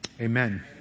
Amen